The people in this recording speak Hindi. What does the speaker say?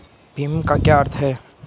भीम का क्या अर्थ है?